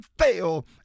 fail